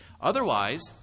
Otherwise